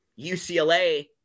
UCLA